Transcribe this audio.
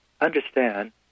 understand